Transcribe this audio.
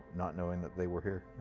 not knowing that they were here.